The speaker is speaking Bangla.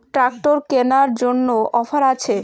ট্রাক্টর কেনার জন্য অফার আছে?